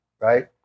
right